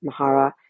Mahara